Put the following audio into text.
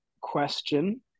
question